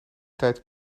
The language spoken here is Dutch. tijd